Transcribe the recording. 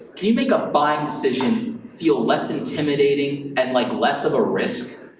can you make a buying decision feel less intimidating and like less of a risk?